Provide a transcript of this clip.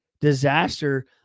disaster